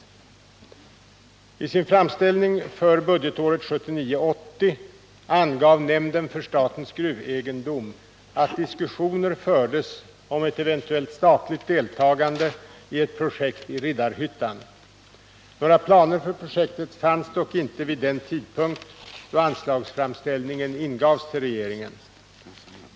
I sin anslagsframställning för budgetåret 1979/80 angav nämnden för statens gruvegendom att diskussioner fördes om ett eventuellt statligt deltagande i ett projekt i Riddarhyttan. Några planer för projektet fanns dock inte vid den tidpunkt då anslagsframställningen ingavs till regeringen.